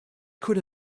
could